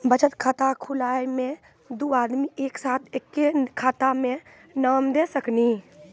बचत खाता खुलाए मे दू आदमी एक साथ एके खाता मे नाम दे सकी नी?